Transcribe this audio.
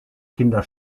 kinder